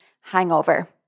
hangover